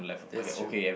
that's true